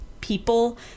people